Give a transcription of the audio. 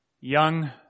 young